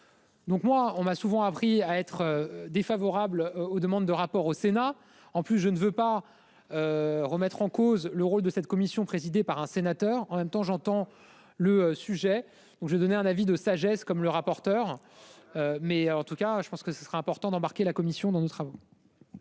Donc moi, on m'a souvent appris à être défavorables aux demandes de rapport au Sénat, en plus je ne veux pas. Remettre en cause le rôle de cette commission présidée par un sénateur en même temps j'entends le sujet donc j'ai donné un avis de sagesse comme le rapporteur. Mais en tout cas je pense que ce sera important d'embarquer la Commission dans nos travaux.--